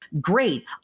great